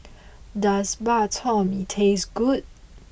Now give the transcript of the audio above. does Bak Chor Mee taste good